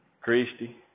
Christy